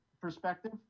perspective